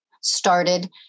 started